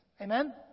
Amen